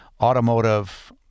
automotive